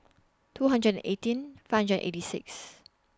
two hundred and eighteen five hundred and eighty six